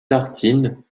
tartines